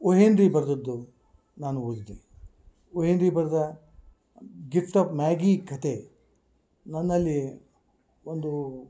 ಉಹೆಂದಿ ಬರ್ದದ್ದು ನಾನು ಓದಿದ್ದೀನಿ ಉಹೆಂದಿ ಬರ್ದ ಗಿಫ್ಟ್ ಆಫ್ ಮ್ಯಾಗಿ ಕತೆ ನನ್ನಲ್ಲಿ ಒಂದು